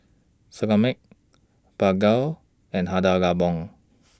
Similac Bargo and Hada Labo